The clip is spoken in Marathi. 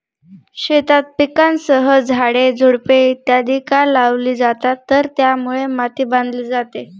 शेतात पिकांसह झाडे, झुडपे इत्यादि का लावली जातात तर त्यामुळे माती बांधली जाते